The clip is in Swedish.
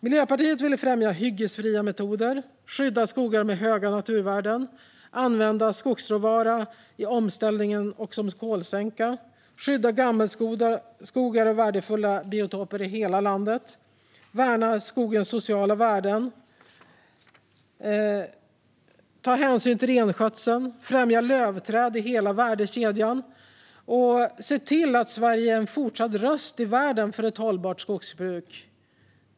Miljöpartiet vill främja hyggesfria metoder, skydda skogar med höga naturvärden, använda skogsråvara i omställningen och som kolsänka, skydda gammelskogar och värdefulla biotoper i hela landet, värna skogens sociala värden, ta hänsyn till renskötseln, främja lövträd i hela värdekedjan och se till att Sverige är en fortsatt röst i världen för ett hållbart skogsbruk.